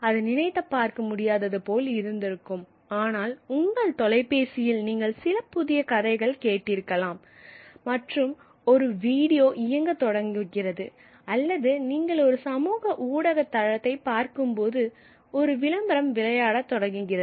அது நினைத்துப் பார்க்க முடியாதது போல் இருக்கும் ஆனால் உங்கள் தொலைபேசியில் நீங்கள் சில புதிய கதைகளை கேட்டிருக்கலாம் மற்றும் ஒரு வீடியோ இயங்கத் தொடங்குகிறது அல்லது நீங்கள் ஒரு சமூக ஊடக தளத்தை பார்க்கும்போது ஒரு விளம்பரம் வருகிறது